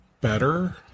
better